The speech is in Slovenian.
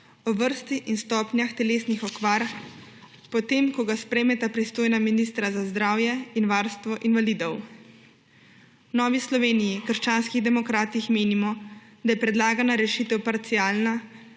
o vrsti in stopnjah telesnih okvar, potem ko ga sprejmeta pristojna ministra za zdravje in varstvo invalidov. V Novi Sloveniji – krščanskih demokratih menimo, da je predlagana rešitev parcialna,